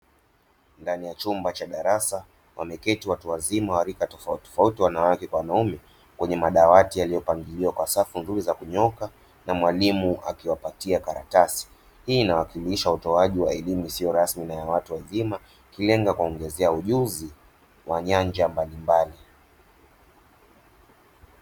Ndani ya chumba cha darasa, wameketi watu wazima wa rika tofauti, wanawake na wanaume, kwenye madawati yaliyopanuliwa kwa safu nzuri za kunyooka, na mwalimu akiwapatia karatasi; hii inawakilisha utoaji wa elimu isiyo rasmi kwa watu wazima, ikilenga kuongeza ujuzi katika nyanja mbalimbali.